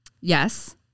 yes